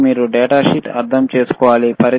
కాబట్టి మీరు డేటాషీట్ అర్థం చేసుకోవాలి